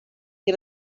get